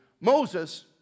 Moses